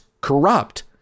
corrupt